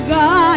God